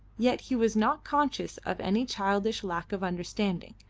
yet he was not conscious of any childish lack of understanding,